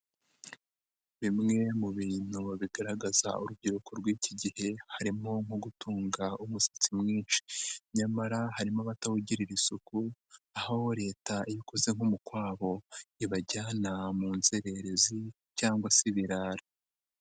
Bimwe mu bintu bigaragaza urubyiruko rw'iki gihe harimo nko gutunga umusatsi mwinshi, nyamara harimo abatawugirira isuku, aho Leta iyo ikoze nk'umukwabu ibajyana mu nzererezi cyangwa se ibirara.